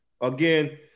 Again